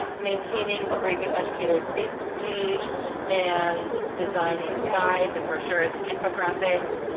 maintaining the brave new educators facebook page and designing guides and brochures and infographics.